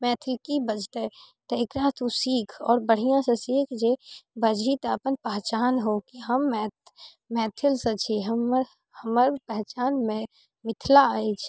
मैथिल की बजतै तऽ एकरा तू सीख आओर बढ़िया से सीख जे बजही तऽ अपन पहचान हो कि हम मैथिल मैथिलसँ छी हमर पहचान मै मिथिला अछि